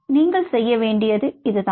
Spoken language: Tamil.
நீங்கள் செய்ய வேண்டியது இதுதான்